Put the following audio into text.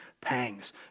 pangs